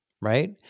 right